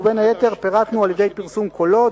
ובין היתר פירטנו: על-ידי פרסום קולו,